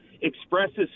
expresses